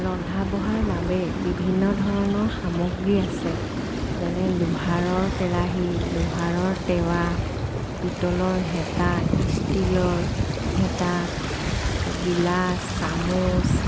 ৰন্ধা বঢ়াৰ বাবে বিভিন্ন ধৰণৰ সামগ্ৰী আছে যেনে লোহাৰৰ কেৰাহী লোহাৰৰ টেৱা পিতলৰ হেতা ষ্টিলৰ হেতা গিলাচ চামুচ